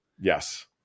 Yes